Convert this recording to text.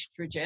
estrogen